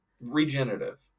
Regenerative